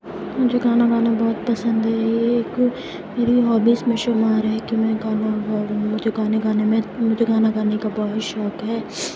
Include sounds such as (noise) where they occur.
مجھے کھانا کھانا بہت پسند ہے یہ ایک میری ہابیز میں شمار ہے کہ میں کھانا (unintelligible) مجھے کھانے کھانے میں مجھے کھانا کھانے کا بہت شوق ہے